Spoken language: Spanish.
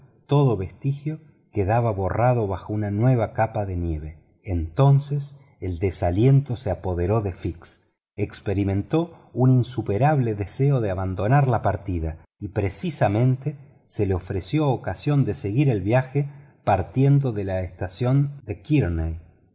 todo vestigio quedaba borrado bajo una nueva capa de nieve entonces el desaliento se apoderó de fix experirnentó un insuperable deseo de abandonar la partida y precisamente se le ofreció ocasión de seguir el viaje partiendo de la estación de